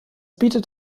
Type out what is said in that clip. bietet